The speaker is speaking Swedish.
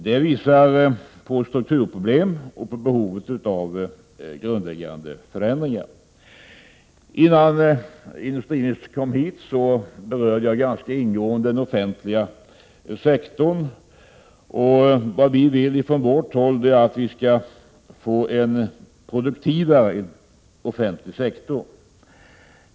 Det har medfört strukturproblem och ett behov av grundläggande förändringar. Innan industriministern kom in i kammaren, uppehöll jag mig ingående vid den offentliga sektorns problem. Vi vill få till stånd en produktivare offentlig sektor.